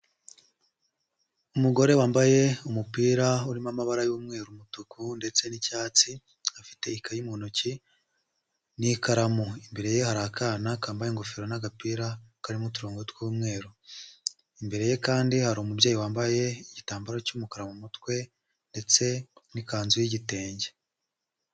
Umugore wambaye umupira urimo amabara y'umweru, umutuku ndetse n'icyatsi, afite ikayi mu ntoki n'ikaramu, imbere ye hari akana kambaye ingofero n'agapira karimo uturongo tw'umweru, imbere ye kandi hari umubyeyi wambaye igitambaro cy'umukara mu mutwe ndetse n'ikanzu y'igitenge.